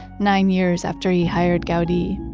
nine years after he hired gaudi